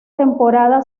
temporada